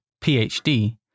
PhD